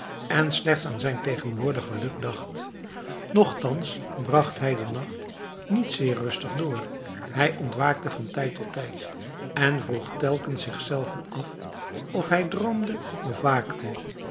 en slechts aan zijn tegenwoordig geluk dacht nogtans bragt hij den nacht niet zeer rustig door hij ontwaakte van tijd tot tijd en vroeg telkens zich zelven af of hij droomde of waakte